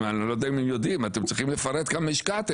אני לא יודע אם הם יודעים אתם צריכים לפרט כמה השקעתם.